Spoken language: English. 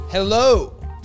Hello